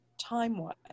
time-wise